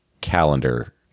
calendar